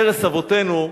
ארץ אבותינו,